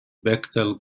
bechtel